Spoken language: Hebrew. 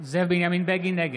בנימין זאב בגין, אינו